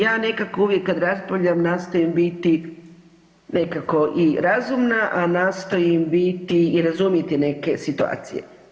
Ja nekako uvijek kad raspravljam nastojim biti nekako i razumna, a nastojim biti i razumjeti neke situacije.